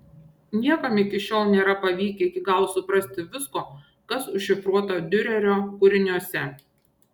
niekam iki šiol nėra pavykę iki galo suprasti visko kas užšifruota diurerio kūriniuose